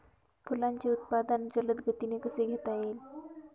फुलांचे उत्पादन जलद गतीने कसे घेता येईल?